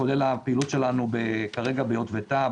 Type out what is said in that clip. כולל הפעילות שלנו כרגע ביטבתה,